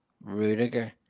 Rudiger